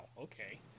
Okay